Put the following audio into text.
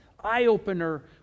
eye-opener